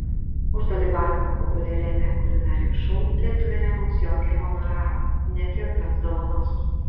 už dalyvavimą populiariame kulinarijos šou lietuvė negaus jokio honoraro net jokios dovanos